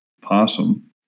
possum